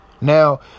Now